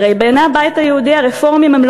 הרי בעיני הבית היהודי הרפורמים הם לא